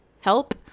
help